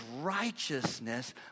righteousness